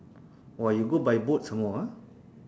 !wah! you go by boat some more ah